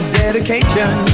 dedication